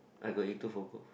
I got A two for both